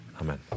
Amen